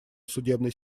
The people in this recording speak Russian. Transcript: судебной